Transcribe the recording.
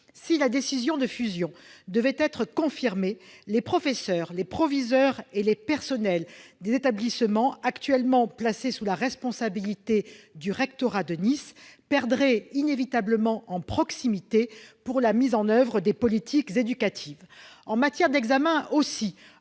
Si la décision de fusion devait être confirmée, les professeurs, les proviseurs et les personnels des établissements actuellement placés sous la responsabilité du rectorat de Nice perdraient inévitablement en proximité pour la mise en oeuvre des politiques éducatives. En matière d'examens,